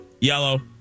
Yellow